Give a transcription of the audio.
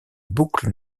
boucle